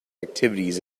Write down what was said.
activities